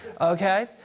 Okay